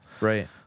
Right